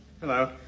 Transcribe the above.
Hello